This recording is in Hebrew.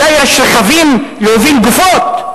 אולי יש רכבים להוביל גופות,